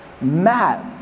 Matt